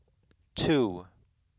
two